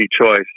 choice